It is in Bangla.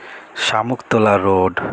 শামুকতলা রোড